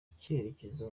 icyerekezo